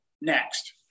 next